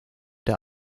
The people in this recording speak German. der